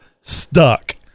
stuck